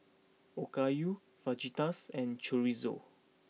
Okayu Fajitas and Chorizo